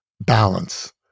balance